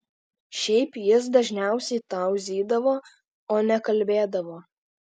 šiaip jis dažniausiai tauzydavo o ne kalbėdavo